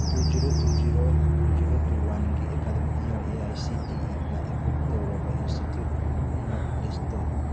two zero two zero two zero two ꯋꯥꯟꯒꯤ academic year A I C T ꯏꯅ approve ꯇꯧꯔꯕ institute ꯄꯨꯝꯅꯃꯛ list ꯇꯧ